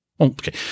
Okay